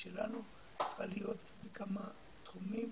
שלנו צריכה להיות בכמה תחומים.